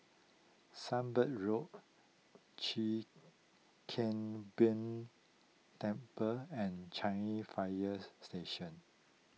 Sunbird Road Chwee Kang Beo Temple and Changi Fire Station